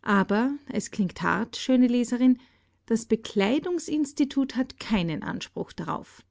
aber es klingt hart schöne leserin das bekleidungsinstitut hat keinen anspruch darauf